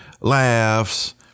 laughs